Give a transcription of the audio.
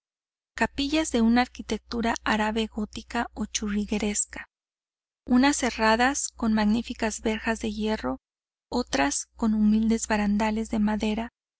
capillas de una arquitectura árabe gótica o churrigueresca unas cerradas con magníficas verjas de hierro otras con humildes barandales de madera